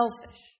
selfish